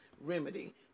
remedy